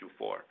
Q4